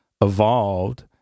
evolved